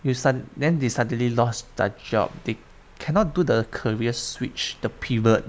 you sudd~ then they suddenly lost their job they cannot do the career switch the pivot